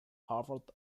harvard